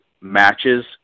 matches